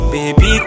Baby